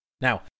Now